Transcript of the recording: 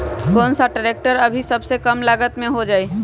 कौन सा ट्रैक्टर अभी सबसे कम लागत में हो जाइ?